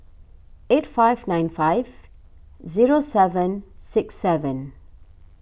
eight five nine five zero seven six seven